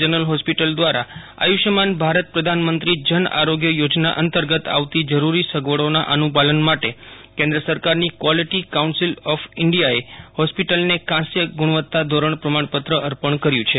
general hospital દ્વારા આયુષ્યમાન ભારત પ્રધાનમંત્રી જન આરોગ્ય યોજના અંતર્ગત આવતી જરૂરી સગવડોના અનુપાલન માટે કેન્દ્ર સરકારની ક્વોલીટી કાઉન્સિલ ઓફ ઇન્ડિથા એ હોસ્પિટલને કાંસ્ય ગુણવત્તા ધોરણ પ્રમાણપત્ર અર્પણ કર્યું છે